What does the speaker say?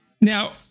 Now